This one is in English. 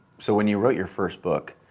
so when you wrote your first book,